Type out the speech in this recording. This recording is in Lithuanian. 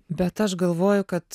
bet aš galvoju kad